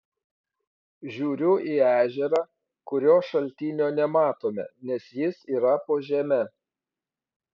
žiūriu į ežerą kurio šaltinio nematome nes jis yra po žeme